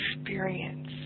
experience